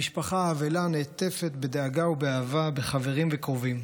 המשפחה האבלה נעטפת בדאגה ובאהבה של חברים וקרובים.